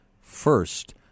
first